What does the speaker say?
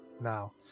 now